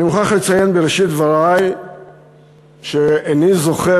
אני מוכרח לציין בראשית דברי שאיני זוכר